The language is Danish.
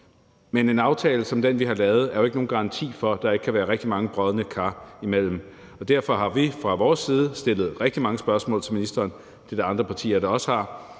Men en aftale som den, vi har lavet, er jo ikke nogen garanti for, at der ikke kan være rigtig mange brodne kar imellem, og derfor har vi fra vores side stillet rigtig mange spørgsmål til ministeren. Det er der andre partier der også har,